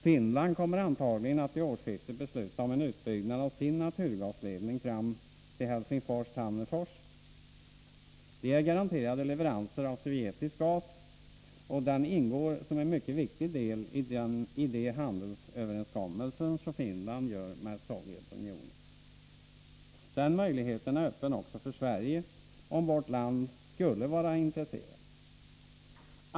Finland kommer antagligen att vid årsskiftet besluta om en utbyggnad av sin naturgasledning fram till Helsingfors-Tammerfors. Man är där garanterad leveranser av sovjetisk gas, och den ingår som en mycket viktig del i de handelsöverenskommelser som Finland träffar med Sovjetunionen. Den möjligheten är öppen också för Sverige, om vårt land skulle vara intresserat.